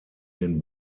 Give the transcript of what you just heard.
den